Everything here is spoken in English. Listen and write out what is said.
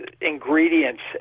ingredients